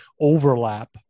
overlap